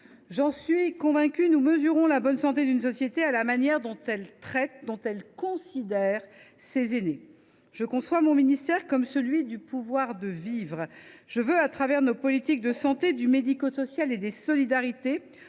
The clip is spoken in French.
Je suis convaincue que nous mesurons la bonne santé d’une société à la manière dont elle traite et considère ses aînés. Je conçois mon ministère comme celui du pouvoir de vivre. Au travers de nos politiques de santé, du médico social et des solidarités,